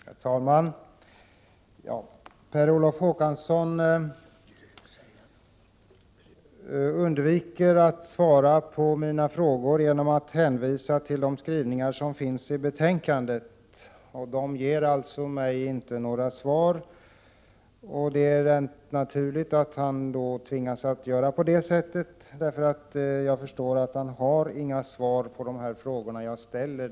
Herr talman! Per Olof Håkansson undviker att svara på mina frågor och hänvisar till skrivningarna i betänkandet. Men dessa skrivningar ger inte svar på mina frågor. Jag förstår att han tvingas att göra på detta sätt, eftersom han tydligen inte har några svar på de frågor som jag har ställt.